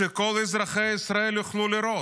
שכל אזרחי ישראל יוכלו לראות.